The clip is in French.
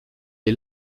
est